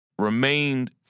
remained